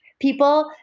people